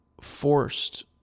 forced